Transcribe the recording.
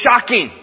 shocking